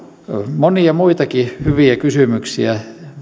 monia muitakin hyviä kysymyksiä